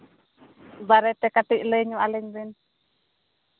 ᱵᱟᱨᱮᱛᱮ ᱠᱟᱹᱴᱤᱡ ᱞᱟᱹᱭ ᱧᱚᱜ ᱟᱹᱞᱤᱧ ᱵᱮᱱ